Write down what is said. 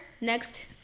Next